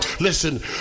listen